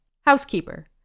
Housekeeper